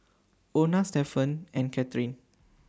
Ona Stefan and Cathryn